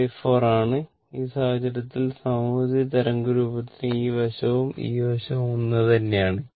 ഇത് rT4 ആണ് ആ സാഹചര്യത്തിൽ സമമിതി തരംഗരൂപത്തിന് ഈ വശവും ഈ വശവും ഒന്നു തന്നെയാണ്